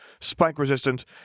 spike-resistant